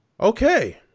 Okay